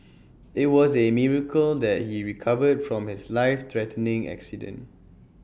IT was A miracle that he recovered from his life threatening accident